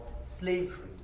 slavery